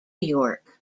york